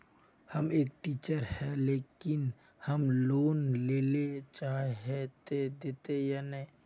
हम एक टीचर है लेकिन हम लोन लेले चाहे है ते देते या नय?